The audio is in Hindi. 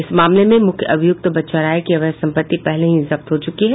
इस मामले में मूख्य अभिय्क्त बच्चा राय की अवैध संपत्ति पहले ही जब्त हो चूकी है